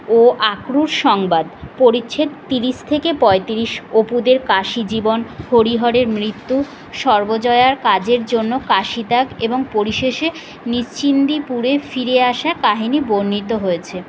ও আক্রূর সংবাদ পরিচ্ছেদ তিরিশ থেকে পঁয়তিরিশ অপুদের কাশী জীবন হরিহরের মৃত্যু সর্বজয়ার কাজের জন্য কাশী ডাক এবং পরিশেষে নিশ্চিন্দিপুরে ফিরে আসা কাহিনি বর্ণিত হয়েছে